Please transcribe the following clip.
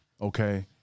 Okay